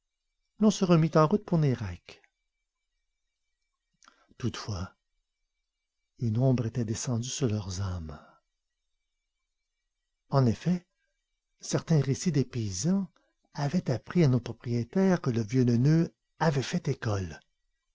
l'on se remit en route pour nayrac toutefois une ombre était descendue sur leurs âmes en effet certains récit des paysans avaient appris à nos propriétaires que le violoneux avait fait école